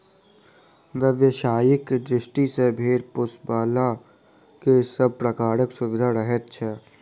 व्यवसायिक दृष्टि सॅ भेंड़ पोसयबला के सभ प्रकारक सुविधा रहैत छै